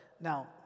Now